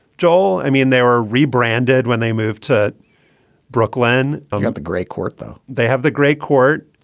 joel? i mean, they are re-branded when they move to brooklyn. i've got the great court, though. they have the great court.